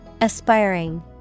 Aspiring